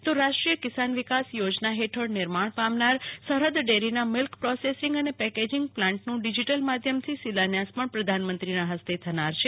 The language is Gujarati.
તો રાષ્ટ્રીય કિસાન વિકાસ યોજના ફેઠળ નિર્માણ પામનારા સરહદ ડેરીના મિલ્ક પ્રોસેસિંગ અને પેકેજીંગ પ્લાન્ટનું ડીજીટલ માધ્યમથી શિલાન્યાસ પણ પ્રધાનમંત્રીના હસ્તે થનાર છે